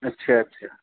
اچھا اچھا